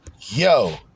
Yo